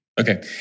Okay